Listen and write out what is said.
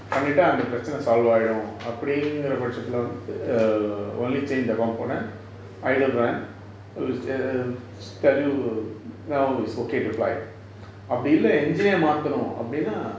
பண்ணிட்டா அந்த பிரச்சினே:pannittaa antha pirachinae solve ஆயிடும் அப்புடின்குர பட்சதுல வந்து:aayidum appudingura patchathulae vanthu err only change the component idle run err it'll tell you now it's okay to fly அப்புடி இல்ல:appudi illa engine eh மாத்தனும் அப்புடின்டா:maathanum appudinda